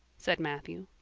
said matthew.